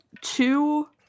two